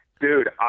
Dude